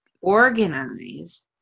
organize